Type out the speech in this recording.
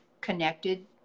connected